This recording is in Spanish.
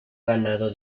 ganado